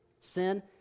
Sin